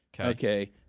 Okay